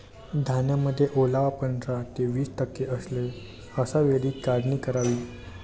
धान्यामध्ये ओलावा पंधरा ते वीस टक्के असेल अशा वेळी काढणी करावी